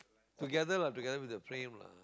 together lah together with the frame lah